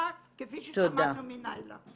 דבר כפי ששמענו מנאילה.